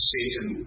Satan